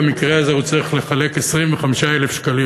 במקרה הזה הוא צריך לחלק 25,000 שקלים